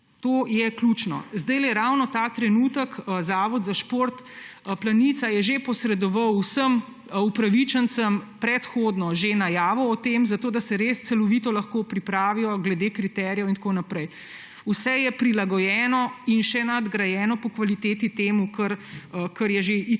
To je ključno. Zdajle, ravno ta trenutek je Zavod za šport Planica že posredoval vsem upravičencem predhodno najavo o tem, zato da se res celovito lahko pripravijo glede kriterijev in tako naprej. Vse je prilagojeno po kvaliteti temu, kar je že itak